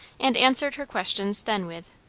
and answered her questions then with,